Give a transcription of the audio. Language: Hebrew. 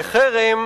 בחרם